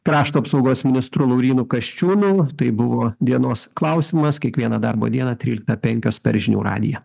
krašto apsaugos ministru laurynu kasčiūnu tai buvo dienos klausimas kiekvieną darbo dieną tryliktą penkios per žinių radiją